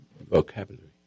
vocabulary